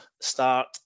Start